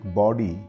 body